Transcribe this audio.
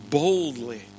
boldly